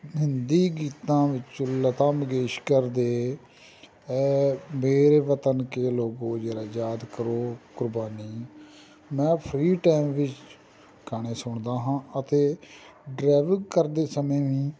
ਹਿੰਦੀ ਗੀਤਾਂ ਵਿੱਚ ਲਤਾ ਮੰਗੇਸ਼ਕਰ ਦੇ ਐ ਵਤਨ ਕੇ ਲੋਗੋ ਜ਼ਰਾ ਯਾਦ ਕਰੋ ਕੁਰਬਾਨੀ ਮੈਂ ਫਰੀ ਟਾਈਮ ਵਿਚ ਗਾਣੇ ਸੁਣਦਾ ਹਾਂ ਅਤੇ ਡਰਾਈਵਿੰਗ ਕਰਦੇ ਸਮੇਂ ਵੀ